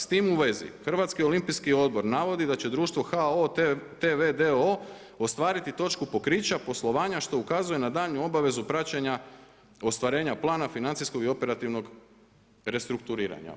S tim u vezi Hrvatski olimpijski odbor navodi da će društvo HO TV d.o.o. ostvariti točku pokrića poslovanja što ukazuje na daljnju obavezu praćenja ostvarenja plana financijskog i operativnog restrukturiranja.